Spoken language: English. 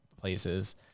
places